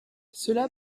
cela